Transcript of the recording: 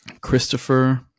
Christopher